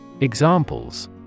Examples